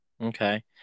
Okay